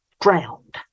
drowned